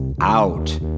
out